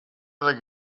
other